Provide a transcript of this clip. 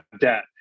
debt